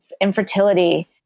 infertility